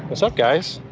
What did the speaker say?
what's up, guys?